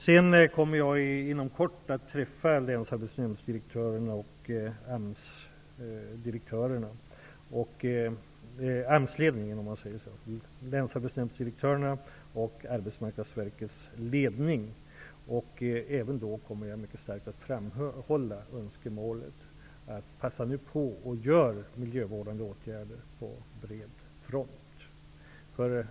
Jag kommer inom kort att träffa länsarbetsnämndsdirektörerna och Arbetsmarknadsverkets ledning. Även då kommer jag mycket starkt att framhålla önskemålet att man nu skall passa på att genomföra miljövårdande åtgärder på bred front.